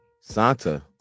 Santa